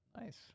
Nice